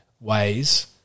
ways